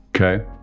Okay